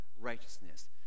righteousness